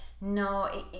No